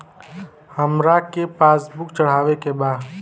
हमरा के पास बुक चढ़ावे के बा?